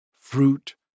fruit